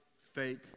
fake